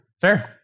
fair